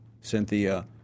Cynthia